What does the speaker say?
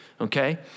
okay